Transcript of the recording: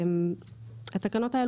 התקנות האלה